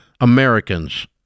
Americans